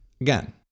Again